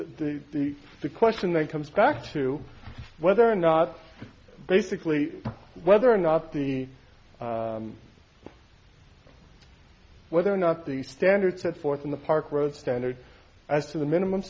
the question that comes back to whether or not basically whether or not the whether or not the standards set forth in the park road standards as to the minimum